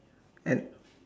and